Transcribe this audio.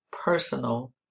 personal